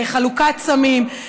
לחלוקת סמים.